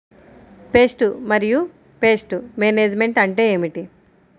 Pest మరియు pest management అంటే ఏమిటి?